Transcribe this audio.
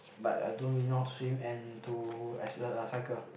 but I don't really know how to swim and to as a a cycle